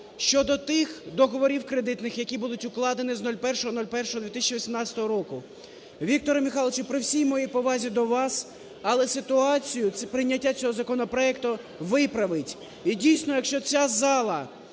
щодо тих договорів кредитних, які будуть укладені з 01.01.2018 року. Вікторе Михайловичу, при всій моїй повазі до вас, але ситуацію прийняття цього законопроекту виправить. І, дійсно, якщо ця зала,